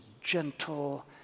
gentle